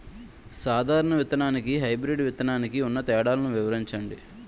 సాధారణ విత్తననికి, హైబ్రిడ్ విత్తనానికి ఉన్న తేడాలను వివరించండి?